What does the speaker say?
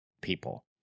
people